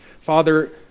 Father